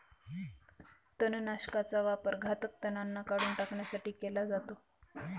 तणनाशकाचा वापर घातक तणांना काढून टाकण्यासाठी केला जातो